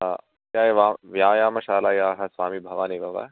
व्यायामशालायाः स्वामी भवान् एव वा